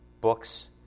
books